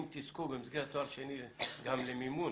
אם תזכו במסגרת תואר שני גם למימון